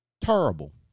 terrible